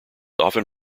often